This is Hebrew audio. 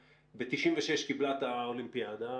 ב-96' קיבלה את האולימפיאדה,